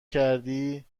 کردی